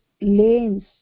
lanes